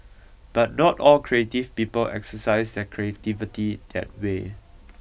but not all creative people exercise their creativity that way